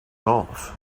off